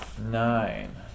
nine